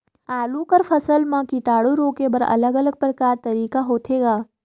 आलू कर फसल म कीटाणु रोके बर अलग अलग प्रकार तरीका होथे ग?